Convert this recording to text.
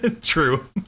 True